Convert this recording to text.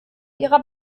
ihrer